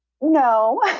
No